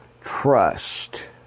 trust